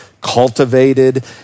cultivated